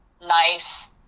nice